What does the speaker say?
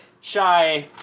Shy